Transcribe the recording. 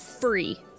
free